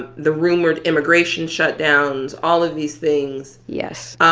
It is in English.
but the rumored immigration shutdowns, all of these things yes